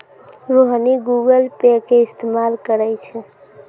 Rohini Google Pay के इस्तेमाल करै छै